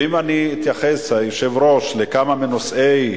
ואם אני אתייחס, היושב-ראש, לכמה מנושאי